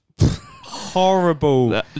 Horrible